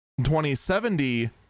2070